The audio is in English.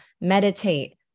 meditate